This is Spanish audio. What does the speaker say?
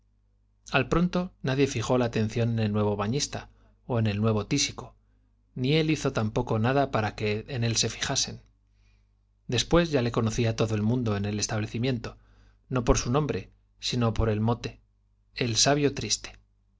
al pronto nadie la el fijó atención en nuevo bañista ó en el nuevo tísico ni él hizo tampoco nada para que en él se fijasen después ya le conocía todo el mundo en el esta blecimiento no por su nombre sino por el mote de el sabio triste